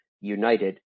United